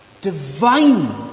divine